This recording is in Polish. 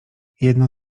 jedno